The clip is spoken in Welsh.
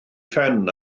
phen